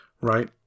Right